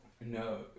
No